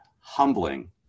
humbling